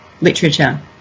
literature